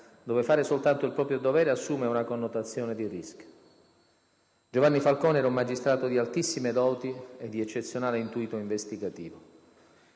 dove fare soltanto il proprio dovere assume una connotazione di rischio. Giovanni Falcone era un magistrato di altissime doti e di eccezionale intuito investigativo.